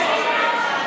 נמנע?